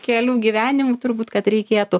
kelių gyvenimų turbūt kad reikėtų